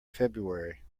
february